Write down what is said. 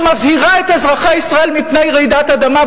שמזהיר את אזרחי ישראל מפני רעידת אדמה,